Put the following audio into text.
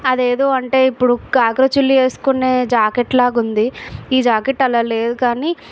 అదేదో అంటే ఇప్పుడు గాగ్రా చోళీ వేసుకునే జాకెట్ లాగా ఉంది ఈ జాకెట్ అలా లేదు కానీ